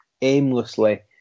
aimlessly